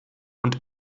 und